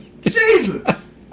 Jesus